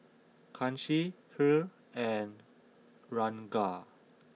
Kanshi Hri and Ranga